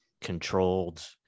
controlled